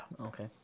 Okay